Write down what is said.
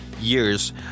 years